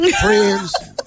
friends